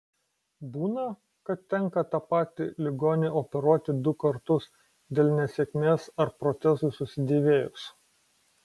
būna kad tenka tą patį ligonį operuoti du kartus dėl nesėkmės ar protezui susidėvėjus